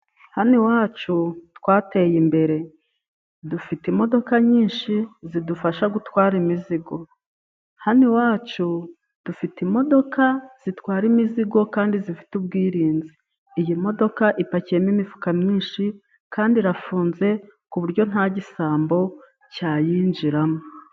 Hano iwacu twateye imbere . Dufite imodoka nyinshi zidufasha gutwara imizigo. Hano iwacu dufite imodoka zitwara imizigo kandi zifite ubwirinzi. Iyi modoka ipakiyemo imifuka myinshi kandi irafunze, ku buryo nta gisambo cyayinjiramo.